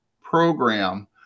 program